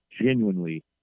genuinely